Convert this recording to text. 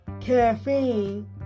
caffeine